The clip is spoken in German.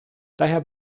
daher